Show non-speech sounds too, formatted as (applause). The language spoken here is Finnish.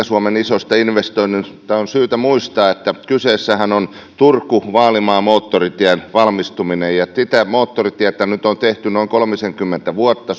(unintelligible) suomen isoista investoinneista on syytä muistaa että kyseessähän on turku vaalimaa moottoritien valmistuminen sitä moottoritietä nyt on tehty noin kolmisenkymmentä vuotta (unintelligible)